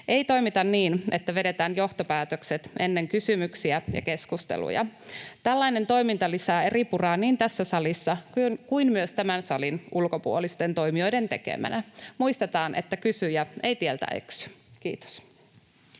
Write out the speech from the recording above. ei toimita niin, että vedetään johtopäätökset ennen kysymyksiä ja keskusteluja. Tällainen toiminta lisää eripuraa niin tässä salissa kuin myös tämän salin ulkopuolisten toimijoiden tekemänä. Muistetaan, että kysyjä ei tieltä eksy. — Kiitos.